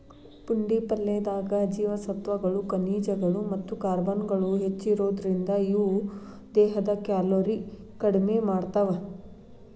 ಪುಂಡಿ ಪಲ್ಲೆದಾಗ ಜೇವಸತ್ವಗಳು, ಖನಿಜಗಳು ಮತ್ತ ಕಾರ್ಬ್ಗಳು ಹೆಚ್ಚಿರೋದ್ರಿಂದ, ಇವು ದೇಹದ ಕ್ಯಾಲೋರಿ ಕಡಿಮಿ ಮಾಡ್ತಾವ